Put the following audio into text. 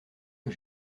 que